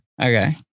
Okay